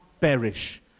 perish